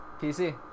PC